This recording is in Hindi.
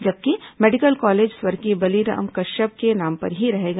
जबकि मेडिकल कॉलेज स्वर्गीय बलीराम कश्यप के नाम पर ही रहेगा